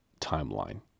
timeline